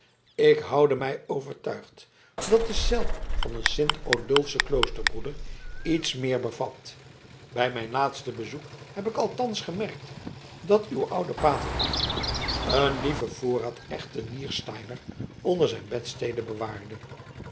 ik houde mij overtuigd dat de cel van een sint odulfschen kloosterbroeder iets meer bevat bij mijn laatste bezoek heb ik althans gemerkt dat uw oude pater agge een lieven voorraad echten niersteiner onder zijn bedstede bewaarde